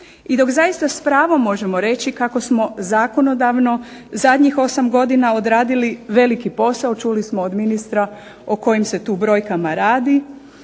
I dok zaista s pravom možemo reći kako smo zakonodavno zadnjih osam godina odradili veliki posao, čuli smo od ministra o kojim se tu brojkama radi,